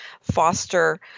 foster